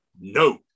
no